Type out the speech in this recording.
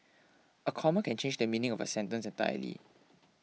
a comma can change the meaning of a sentence entirely